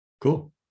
Cool